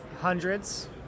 hundreds